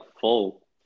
full